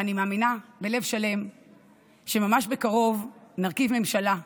ואני מאמינה בלב שלם שממש בקרוב נרכיב ממשלה לאומית,